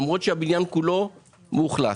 למרות שהבניין כולו מאוכלס.